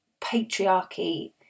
patriarchy